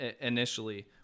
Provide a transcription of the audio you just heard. initially